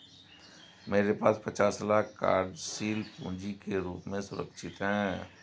मेरे पास पचास लाख कार्यशील पूँजी के रूप में सुरक्षित हैं